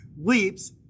leaps